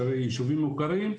יישובים מוכרים,